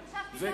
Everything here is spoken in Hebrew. לא נכון.